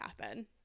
happen